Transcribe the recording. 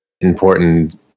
important